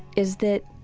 is that